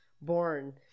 born